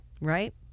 right